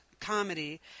Comedy